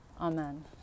Amen